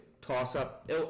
toss-up